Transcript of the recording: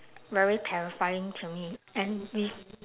very terrifying to me and with